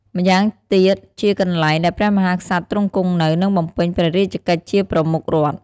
ម្យ៉ាងទៀតជាកន្លែងដែលព្រះមហាក្សត្រទ្រង់គង់នៅ និងបំពេញព្រះរាជកិច្ចជាប្រមុខរដ្ឋ។